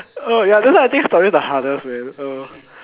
oh ya that's why I think stories are the hardest man oh